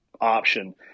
option